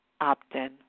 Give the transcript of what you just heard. opt-in